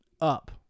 up